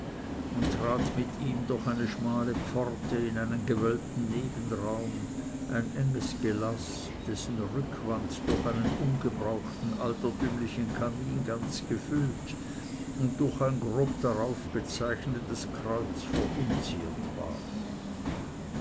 und trat mit ihm durch eine schmale pforte in einen gewölbten nebenraum ein enges gelaß dessen rückwand durch einen ungebrauchten altertümlichen kamin ganz gefüllt und durch ein grob darauf gezeichnetes kreuz verunziert war